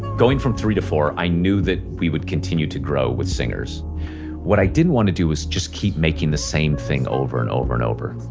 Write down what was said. going from three to four, i knew that we would continue to grow with singers what i didn't want to do is just keep making the same thing over and over, and over.